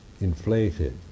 inflated